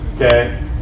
Okay